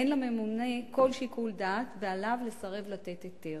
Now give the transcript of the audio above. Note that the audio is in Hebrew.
אין לממונה כל שיקול דעת ועליו לסרב לתת היתר.